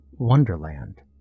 Wonderland